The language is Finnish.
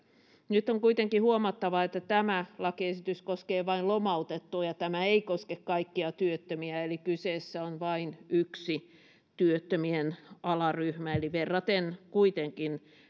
nyt on kuitenkin huomattava että tämä lakiesitys koskee vain lomautettuja tämä ei koske kaikkia työttömiä eli kyseessä on vain yksi työttömien alaryhmä eli kuitenkin verraten